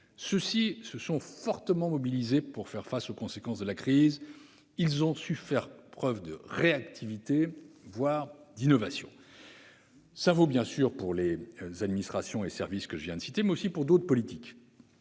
derniers se sont fortement mobilisés pour faire face aux conséquences de la crise et ont su faire preuve de réactivité, voire d'innovation. Cela vaut bien sûr pour les administrations et services que je viens de citer, mais aussi pour d'autres politiques.